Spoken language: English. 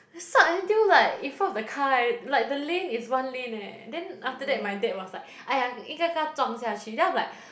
suck until like in front of the car eh like the lane is one lane eh then after that my dad was like !aiya! 应该跟他撞下去 then I'm like